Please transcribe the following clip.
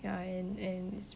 ya and and it's